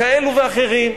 כאלה ואחרים,